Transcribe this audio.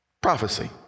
Prophecy